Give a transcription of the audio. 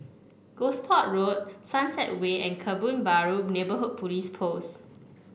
Gosport Road Sunset Way and Kebun Baru Neighbourhood Police Post